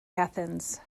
athens